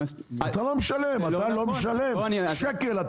אתה לא משלם, אתה לא משלם שקל.